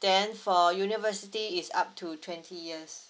then for university is up to twenty years